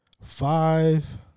Five